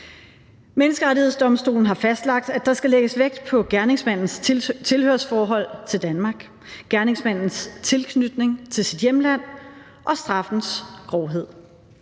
Menneskerettighedsdomstolen har fastlagt, at der skal lægges vægt på gerningsmandens tilhørsforhold til Danmark, gerningsmandens tilknytning til sit hjemland og forbrydelsens grovhed.